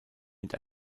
mit